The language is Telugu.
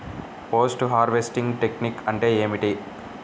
పోస్ట్ హార్వెస్టింగ్ టెక్నిక్ అంటే ఏమిటీ?